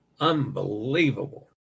Unbelievable